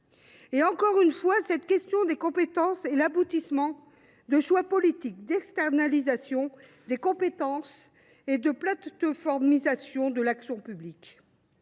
cette interrogation sur les compétences est l’aboutissement de choix politiques d’externalisation des compétences et de plateformisation de l’action publique.